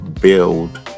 build